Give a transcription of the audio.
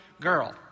girl